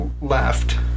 left